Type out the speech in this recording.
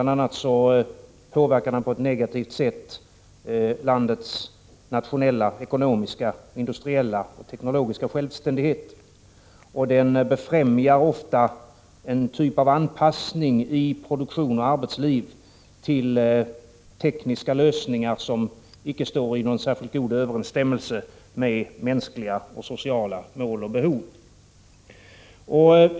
Den påverkar på ett negativt sätt landets nationella, ekonomiska, industriella och teknologiska självständighet, och den befrämjar ofta en typ av anpassning i produktion och arbetsliv till tekniska lösningar som icke står i särskilt god överensstämmelse med mänskliga och sociala mål och behov.